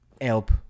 help